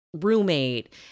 roommate